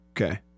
Okay